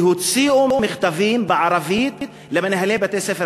כי הוציאו מכתבים בערבית למנהלי בתי-ספר